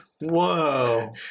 Whoa